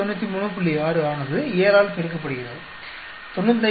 6 ஆனது 7 ஆல் பெருக்கப்படுகிறது 95